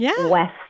west